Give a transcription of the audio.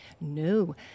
No